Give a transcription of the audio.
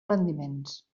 rendiments